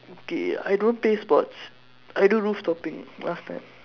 okay I don't play sports I do rooftopping last time